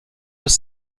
was